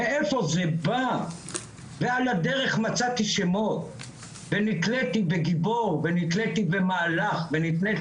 מאיפה זה בא ועל הדרך מצאתי שמות ונתלתי בגיבור ונתלתי במהלך ונתלתי